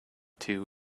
two